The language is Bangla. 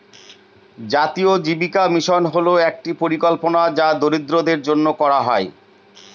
জাতীয় জীবিকা মিশন হল একটি পরিকল্পনা যা দরিদ্রদের জন্য করা হয়